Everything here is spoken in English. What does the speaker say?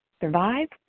survive